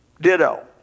Ditto